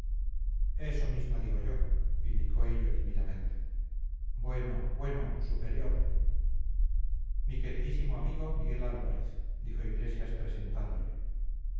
eso mismo digo yo indicó hillo tímidamente bueno bueno superior mi queridísimo amigo miguel álvarez dijo iglesias presentándole